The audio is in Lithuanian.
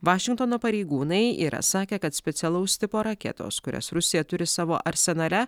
vašingtono pareigūnai yra sakę kad specialaus tipo raketos kurias rusija turi savo arsenale